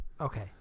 Okay